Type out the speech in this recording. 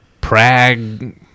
Prague